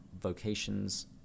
vocations